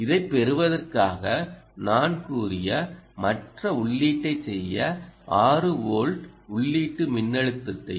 இதைப் பெறுவதற்காக நான் கூறிய மற்ற உள்ளீட்டைச் செய்ய 6 வோல்ட் உள்ளீட்டு மின்னழுத்தத்தையும்